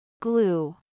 Glue